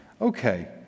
okay